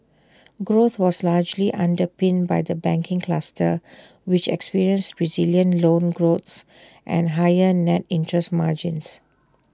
growth was largely underpinned by the banking cluster which experienced resilient loans growth and higher net interest margins